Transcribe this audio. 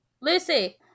Lucy